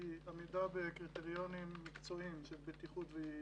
היא עמידה בקריטריונים מקצועיים של בטיחות ויעילות,